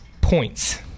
points